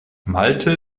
malte